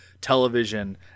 television